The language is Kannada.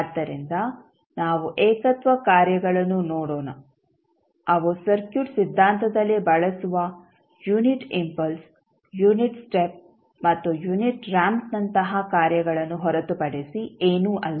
ಆದ್ದರಿಂದ ನಾವು ಏಕತ್ವ ಕಾರ್ಯಗಳನ್ನು ನೋಡೋಣ ಅವು ಸರ್ಕ್ಯೂಟ್ ಸಿದ್ಧಾಂತದಲ್ಲಿ ಬಳಸುವ ಯುನಿಟ್ ಇಂಪಲ್ಸ್ ಯುನಿಟ್ ಸ್ಟೆಪ್ ಮತ್ತು ಯುನಿಟ್ ರಾಂಪ್ ನಂತಹ ಕಾರ್ಯಗಳನ್ನು ಹೊರತುಪಡಿಸಿ ಏನೂ ಅಲ್ಲ